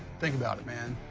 think about it, man.